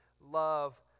love